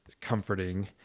comforting